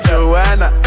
Joanna